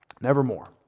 Nevermore